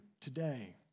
today